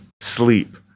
sleep